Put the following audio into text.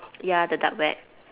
ya the dark web